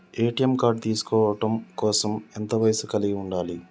ATM card తీసుకోవడం కోసం ఎంత వయస్సు కలిగి ఉండాలి?